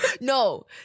No